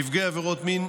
נפגעי עבירות מין